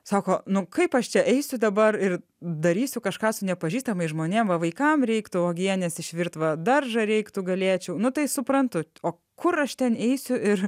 sako nu kaip aš čia eisiu dabar ir darysiu kažką su nepažįstamais žmonėm va vaikam reiktų uogienės išvirt va daržą reiktų galėčiau nu tai suprantu o kur aš ten eisiu ir